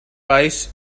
ice